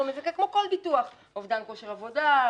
המזכה כמו כל ביטוח: אובדן כושר עבודה,